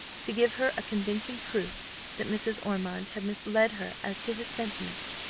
to give her a convincing proof that mrs. ormond had misled her as to his sentiments,